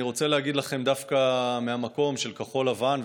אני רוצה להגיד לכם דווקא מהזווית של מפלגת כחול לבן,